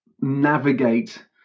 navigate